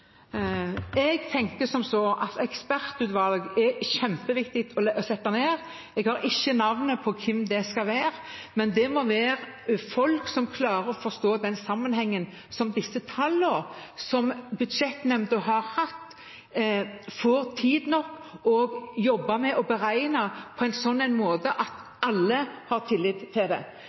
Jeg tenker som så at ekspertutvalg er kjempeviktig å sette ned. Jeg har ikke navnet på hvem det skal være, men det må være folk som klarer å forstå sammenhengen i de tallene som Budsjettnemnda har, får tid nok til å jobbe med det og beregne på en sånn måte at alle har tillit til det.